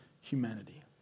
humanity